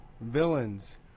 Villains